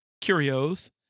curios